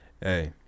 Hey